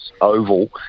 Oval